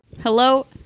Hello